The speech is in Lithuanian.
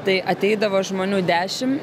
tai ateidavo žmonių dešim